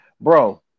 bro